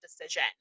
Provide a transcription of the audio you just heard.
decision